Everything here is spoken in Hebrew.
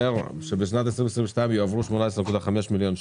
אומר שבשנת 2022 יועברו 18.5 מיליון שקלים.